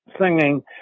singing